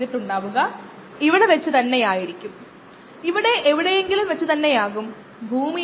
നമുക്ക് അത് കഴിയും പക്ഷേ ഇതിന് വളരെയധികം പരിശ്രമിക്കേണ്ടതുണ്ട്